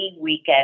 weekend